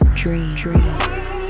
dreams